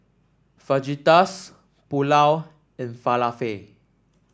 Fajitas Pulao and Falafel